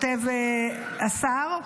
כותב השר,